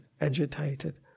agitated